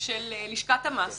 של לשכת המס